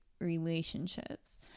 relationships